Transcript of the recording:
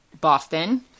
Boston